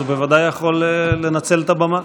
אז הוא בוודאי יכול לנצל את הבמה.